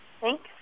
Thanks